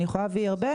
אני יכולה להביא הרבה.